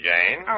Jane